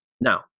Now